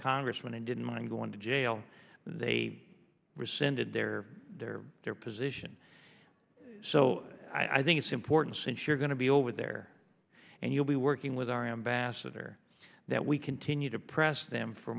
congressman they didn't mind going to jail they rescinded their their position so i think it's important since you're going to be over there and you'll be working with our ambassador that we continue to press them for